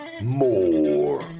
More